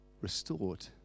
restored